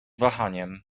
wahaniem